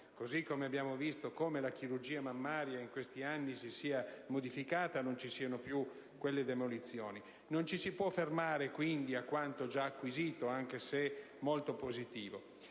sensazioni. Abbiamo visto come la chirurgia mammaria in questi anni si sia modificata e non ci siano più demolizioni di un tempo; non ci può fermare quindi a quanto già acquisito, anche se molto positivo.